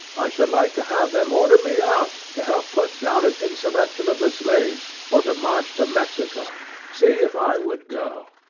i should like to have them order me out to help put down an insurrection of the slaves, or to march to mexico see if i would go